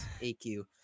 AQ